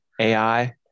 AI